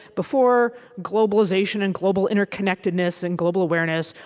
before globalization and global interconnectedness and global awareness,